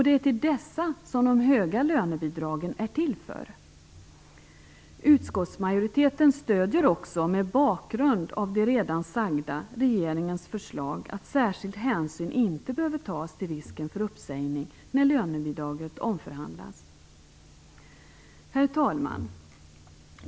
De är dessa de höga lönebidragen är till för. Utskottsmajoriteten stöder också mot bakgrund av det redan sagda regeringens förslag att särskild hänsyn inte behöver tas till risken för uppsägning när lönebidraget omförhandlas. Herr talman!